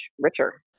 richer